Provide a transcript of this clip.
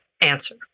answer